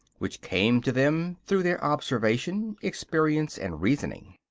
which came to them through their observation, experience and reasoning.